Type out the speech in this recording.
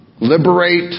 Liberate